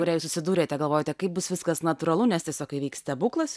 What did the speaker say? kuria susidūrėte galvojote kaip bus viskas natūralu nes tiesiog įvyks stebuklas